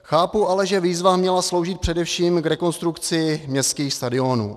Chápu ale, že výzva měla sloužit především k rekonstrukci městských stadionů.